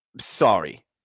sorry